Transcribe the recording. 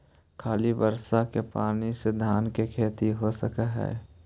खाली बर्षा के पानी से धान के खेती हो सक हइ?